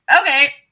okay